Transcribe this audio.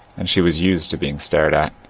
and she was used to being stared at.